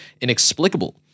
inexplicable